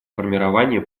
формирования